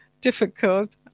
difficult